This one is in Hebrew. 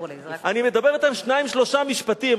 אני מדבר אתם שניים-שלושה משפטים,